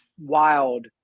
wild